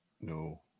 No